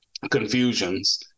confusions